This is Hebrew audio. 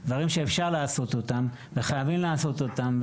זה דברים שאפשר לעשות אותם וחייבים לעשות אותם,